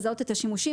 לזהות את השימושים.